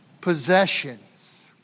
possessions